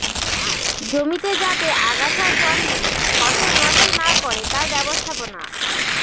জমিতে যাতে আগাছা জন্মে ফসল নষ্ট না করে তার ব্যবস্থাপনা